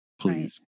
please